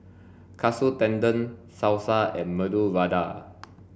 Katsu Tendon Salsa and Medu Vada